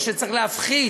או שצריך להפחית,